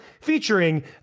featuring